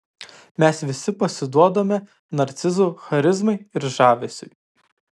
mes visi pasiduodame narcizų charizmai ir žavesiui